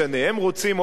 הם רוצים הוקוס-פוקוס,